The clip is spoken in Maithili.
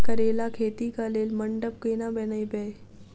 करेला खेती कऽ लेल मंडप केना बनैबे?